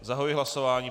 Zahajuji hlasování.